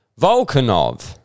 Volkanov